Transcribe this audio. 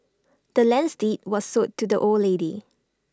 the land's deed was sold to the old lady